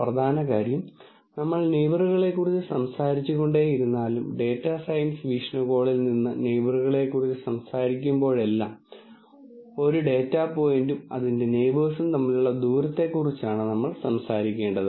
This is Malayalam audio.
പ്രധാന കാര്യം നമ്മൾ നെയിബറുകളെക്കുറിച്ച് സംസാരിച്ചുകൊണ്ടേയിരിക്കുന്നതിനാലും ഡാറ്റാ സയൻസ് വീക്ഷണകോണിൽ നിന്ന് നെയിബറുകളെക്കുറിച്ച് സംസാരിക്കുമ്പോഴെല്ലാം ഒരു ഡാറ്റ പോയിന്റും അതിന്റെ നെയിബേഴ്സും തമ്മിലുള്ള ദൂരത്തെക്കുറിച്ചാണ് നമ്മൾ സംസാരിക്കേണ്ടത്